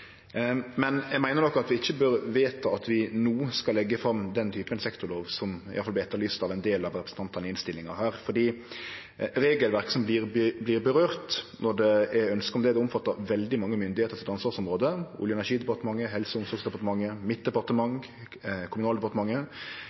Men eg meiner nok at vi ikkje bør vedta at vi no skal leggje fram den typen sektorlov som vert etterlyst av iallfall ein del av representantane i denne innstillinga, fordi det regelverket som det vedkjem, når det er ønske om det, omfattar ansvarsområdet til veldig mange myndigheiter: Olje- og energidepartementet, Helse- og omsorgsdepartementet, mitt departement, Kommunaldepartementet.